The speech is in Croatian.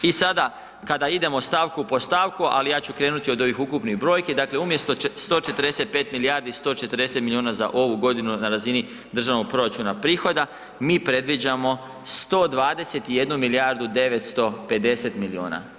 I sada kada idemo stavku po stavku, ali ja ću krenuti od ovih ukupnih brojki, dakle umjesto 145 milijardi 140 miliona za ovu godinu na razini državnog proračuna prihoda mi predviđamo 121 milijardu 950 miliona.